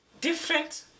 Different